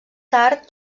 tard